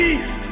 East